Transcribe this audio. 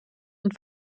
und